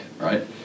right